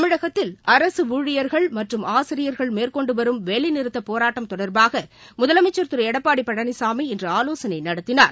தமிழகத்தில் அரசு ஊழியர்கள் மற்றும் ஆசிரியர்கள் மேற்கொண்டுவரும் வேலைநிறுத்தப் போராட்டம் தொடர்பாக முதலமைச்சர் திரு எடப்பாடி பழனிசாமி இன்று ஆலோசனை நடத்தினார்